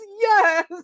Yes